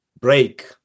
break